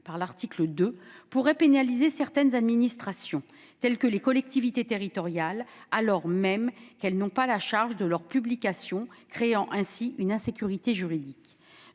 à l'article 2 pourrait pénaliser certaines administrations, notamment celles des collectivités territoriales, alors même qu'elles n'ont pas la charge de leur publication, ce qui engendre une insécurité juridique.